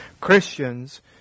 Christians